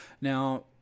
Now